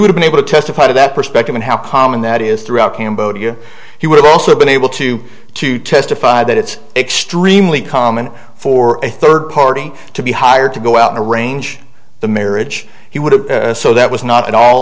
would be able to testify to that perspective and how common that is throughout cambodia he would have also been able to to testify that it's extremely common for a third party to be hired to go out and arrange the marriage he would have so that was not at all